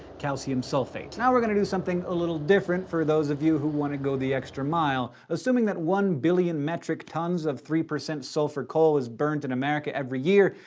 calcium sulfate. now we're gonna do something a little different for those of you who want to go the extra mile. assuming that one billion metric tons of three percent sulfur coal was burnt in america every year,